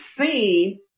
seen